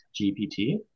gpt